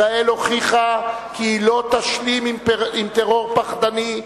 ישראל הוכיחה כי היא לא תשלים עם טרור פחדני,